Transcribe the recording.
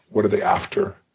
what are they after?